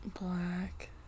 Black